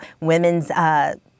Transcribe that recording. women's